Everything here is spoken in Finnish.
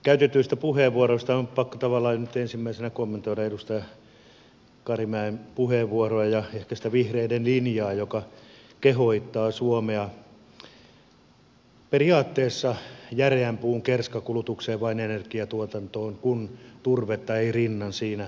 käytetyistä puheenvuoroista on pakko tavallaan nyt ensimmäisenä kommentoida edustaja karimäen puheenvuoroa ja ehkä sitä vihreiden linjaa joka kehottaa suomea periaatteessa järeän puun kerskakulutukseen vain energiatuotantoon kun turvetta ei rinnan siinä tuoda mukana